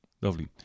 lovely